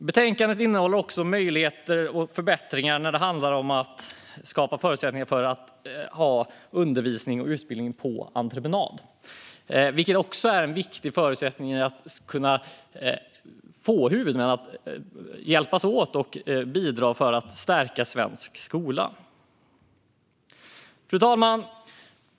Betänkandet innehåller också möjligheter och förbättringar när det gäller att skapa förutsättningar för undervisning och utbildning på entreprenad, vilket är en viktig förutsättning för att få huvudmän att hjälpas åt och bidra för att stärka svensk skola. Fru talman!